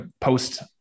post